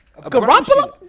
Garoppolo